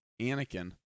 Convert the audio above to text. Anakin